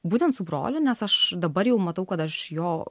būtent su broliu nes aš dabar jau matau kad aš jo